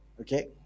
Okay